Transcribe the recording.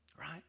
right